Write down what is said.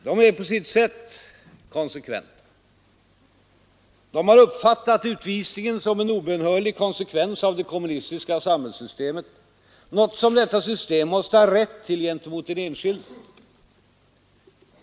De är på sitt sätt konsekventa. De har uppfattat utvisningen som en obönhörlig konsekvens av det kommunitiska samhällssystemet, något som detta system måste ha rätt till gentemot den enskilde.